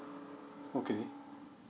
okay